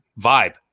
vibe